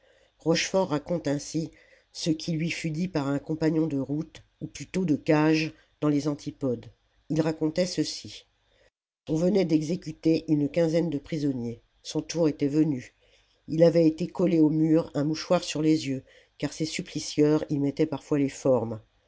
rochefort raconte ainsi ce qui lui fut dit par un compagnon de route ou plutôt de cage dans les antipodes il racontait ceci on venait d'exécuter une quinzaine de prisonniers son tour était venu il avait été collé au mur un mouchoir sur les yeux car ces supplicieurs y mettaient parfois des formes